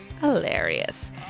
hilarious